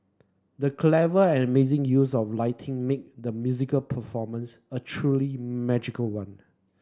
the clever and amazing use of lighting made the musical performance a truly magical one